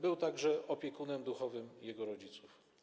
Był także opiekunem duchowym jego rodziców.